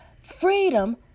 Freedom